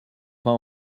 pas